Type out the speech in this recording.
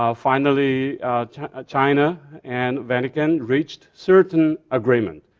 ah finally china and vatican reached certain agreement,